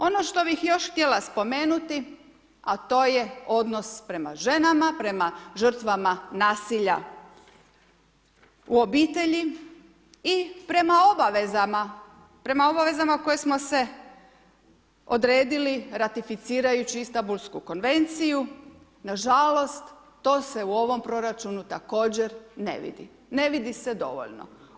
Ono što bih još htjela spomenuti a to je odnos prema ženama, prema žrtvama nasilja u obitelji i prema obavezama, prema obavezama koje smo si odredili ratificirajući Istanbulsku konvenciju, nažalost, to se u ovom proračunu također ne vidi, ne vidi se dovoljno.